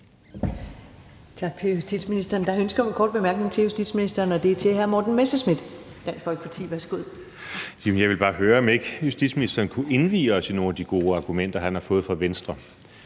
Jeg vil bare høre, om ikke justitsministeren kunne indvie os i nogle af de gode argumenter, han har fået fra Venstre.